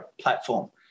platform